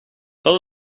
dat